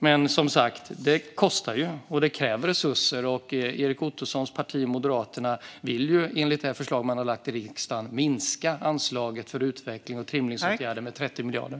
Men det kostar, som sagt, och det kräver resurser - och Erik Ottosons parti Moderaterna vill enligt det förslag man har lagt fram i riksdagen minska anslaget för utveckling och trimningsåtgärder med 30 miljarder.